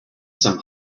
some